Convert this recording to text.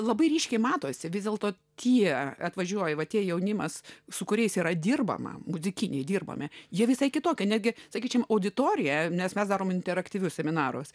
labai ryškiai matosi vis dėlto tie atvažiuoji va tie jaunimas su kuriais yra dirbama gotikinėje įdirbami jie visai kitokia netgi sakyčiau auditorija nes mes darome interaktyvius seminarus